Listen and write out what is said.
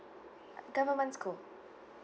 uh government school